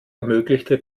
ermöglichte